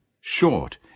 Short